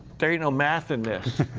there ain't no math in this